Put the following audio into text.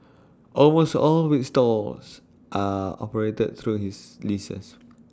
almost all its stores are operated through his leases